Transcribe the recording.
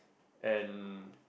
and